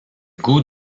goûts